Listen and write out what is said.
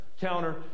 counter